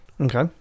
Okay